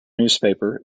newspaper